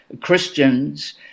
Christians